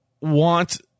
want –